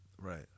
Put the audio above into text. Right